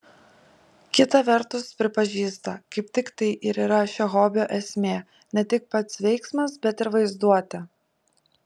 kita vertus pripažįsta kaip tik tai ir yra šio hobio esmė ne tik pats veiksmas bet ir vaizduotė